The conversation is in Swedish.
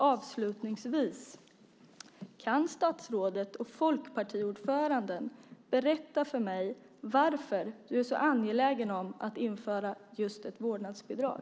Avslutningsvis: Kan statsrådet och folkpartiordföranden berätta för mig varför han är så angelägen om att införa just ett vårdnadsbidrag?